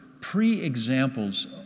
pre-examples